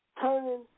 turning